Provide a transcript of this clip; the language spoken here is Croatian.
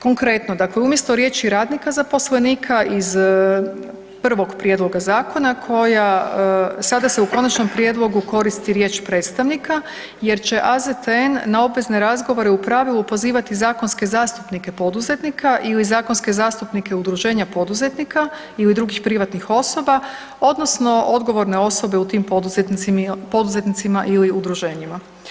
Konkretno, dakle umjesto riječi „radnika zaposlenika“ iz prvog prijedloga zakona koja, sada se u konačnom prijedlogu koristi riječ „predstavnika“ jer će AZTN na obvezne razgovore u pravilu pozivati zakonske zastupnike poduzetnike ili zakonske zastupnike udruženja poduzetnika ili drugih privatnih osoba odnosno odgovorne osobe u tim poduzetnicima ili udruženjima.